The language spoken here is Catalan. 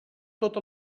tot